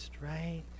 right